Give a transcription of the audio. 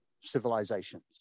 civilizations